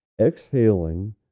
Exhaling